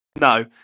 No